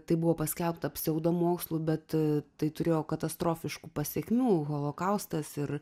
tai buvo paskelbta pseudomokslu bet tai turėjo katastrofiškų pasekmių holokaustas ir